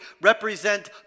represent